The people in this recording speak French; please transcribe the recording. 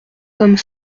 comme